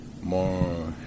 more